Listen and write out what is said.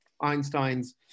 Einstein's